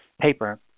paper